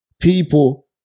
people